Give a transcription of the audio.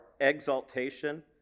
exaltation